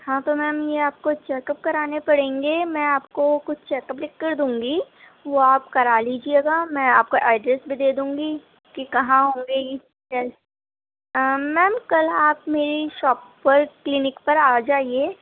ہاں تو میم یہ آپ کو چیکپ کرانے پڑیں گے میں آپ کو کچھ چیکپ لکھ کر دوں گی وہ آپ کرا لیجیے گا میں آپ کو ایڈریس بھی دے دوں گی کہ کہاں ہوں گے یہ ٹیسٹ ميم كل آپ ميرى شاپ پر كلینک پر آ جائیے